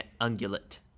ungulate